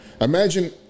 Imagine